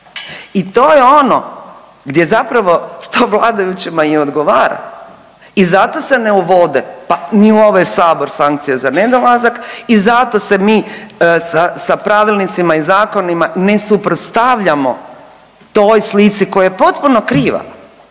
i to je ono gdje zapravo to vladajućima i odgovara i zato se ne uvode, pa ni u ovaj sabor, sankcije za nedolazak i zato se mi sa, sa pravilnicima i zakonima ne suprotstavljamo toj slici koja je potpuno kriva